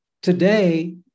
today